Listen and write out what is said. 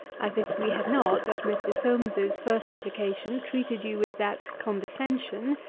as if we had not, at mr. solmes's first application, treated you with that condescension,